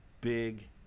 big